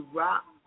rock